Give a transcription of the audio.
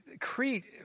Crete